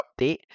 update